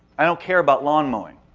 i don't care about lawn mowing.